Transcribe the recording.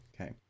Okay